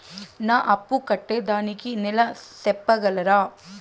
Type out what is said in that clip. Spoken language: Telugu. నా అప్పు కట్టేదానికి నెల సెప్పగలరా?